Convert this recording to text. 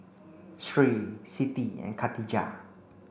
Sri Siti and Khatijah